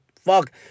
Fuck